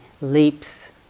leaps